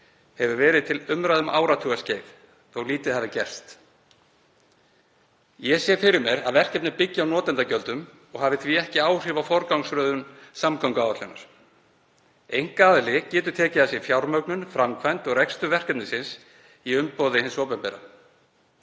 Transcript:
hefur verið til umræðu um áratugaskeið þó að lítið hafi gerst. Ég sé fyrir mér að verkefnið byggi á notendagjöldum og hafi því ekki áhrif á forgangsröðun samgönguáætlunar. Einkaaðili getur tekið að sér fjármögnun, framkvæmd og rekstur verkefnisins í umboði hins opinbera.